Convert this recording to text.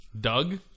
Doug